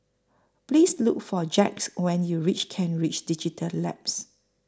Please Look For Jacquez when YOU REACH Kent Ridge Digital Labs